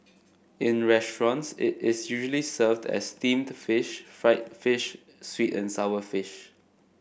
in restaurants it is usually served as steamed fish fried fish sweet and sour fish